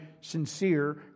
sincere